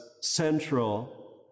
central